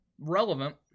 relevant